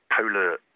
polar